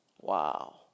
Wow